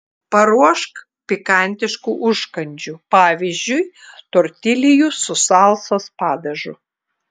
paruošk pikantiškų užkandžių pavyzdžiui tortiljų su salsos padažu